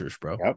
bro